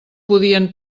podien